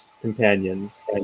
companions